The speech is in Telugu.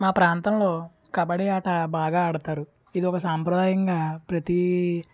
మా ప్రాంతంలో కబడ్డీ ఆట బాగా ఆడతారు ఇది ఒక సాంప్రదాయంగా ప్రతీ